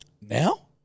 Now